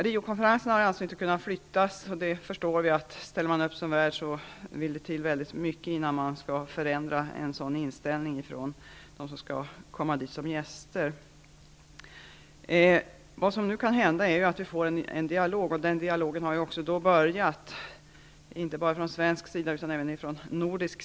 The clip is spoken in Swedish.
Riokonferensen har inte kunnat flyttas. Vi förstår att det vill mycket till för att förändra inställningen hos dem som är gäster. Vad som nu kan hända är att vi får en dialog. Den dialogen har börjat. Det är inte bara Sverige som deltar utan även övriga Norden.